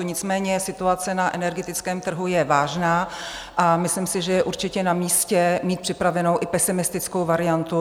Nicméně situace na energetickém trhu je vážná a myslím si, že je určitě namístě mít připravenou i pesimistickou variantu.